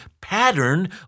pattern